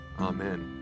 Amen